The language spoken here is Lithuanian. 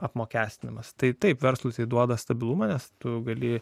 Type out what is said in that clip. apmokestinimas tai taip verslūs duoda stabilumą nes tu gali